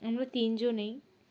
আমরা তিনজনেই